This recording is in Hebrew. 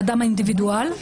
לאדם האינדיבידואל.